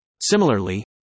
Similarly